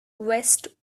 west